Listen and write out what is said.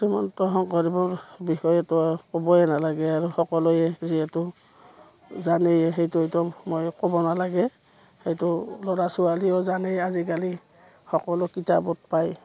শ্ৰীমন্ত শংকৰদৱৰ বিষয়েটো ক'বই নালাগে আৰু সকলোৱে যিহেতু জানেই সেইটোৱেতো মই ক'ব নালাগে সেইটো ল'ৰা ছোৱালীও জানেই আজিকালি সকলো কিতাপত পায়